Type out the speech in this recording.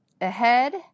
Ahead